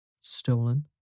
Stolen